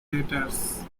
letters